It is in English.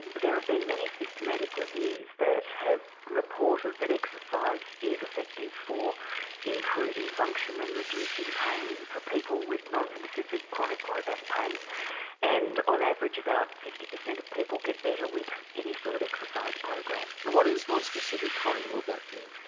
there have been many systematic reviews that have reported that exercise is effective for improving function and reducing pain for people with non-specific chronic low back pain and on average about fifty percent of people get better with any sort of exercise program. and what is non-specific chronic low back pain?